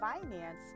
finance